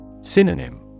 Synonym